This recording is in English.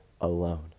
alone